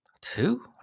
Two